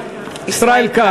(קוראת בשמות חברי הכנסת) ישראל כץ,